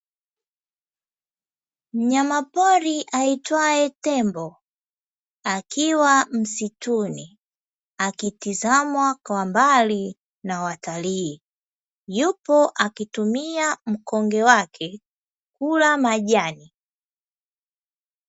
Mnyamapori aitwaye tembo, akiwa msituni; akitizamwa kwa mbali na watalii, yupo akitumia mkonge wake kula majani.